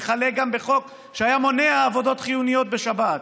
וכלה גם בחוק שהיה מונע עבודות חיוניות בשבת.